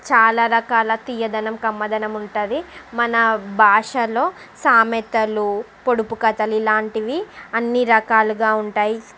చాలా రకాల తీయదనం కమ్మదనం ఉంటుంది మన భాషలో సామెతలు పొడుపు కథలు ఇలాంటివి అన్నీ రకాలుగా ఉంటాయి